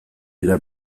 dira